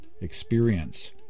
experience